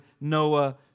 Noah